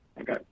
Okay